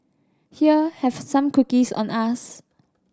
here have some cookies on us